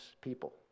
people